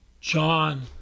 John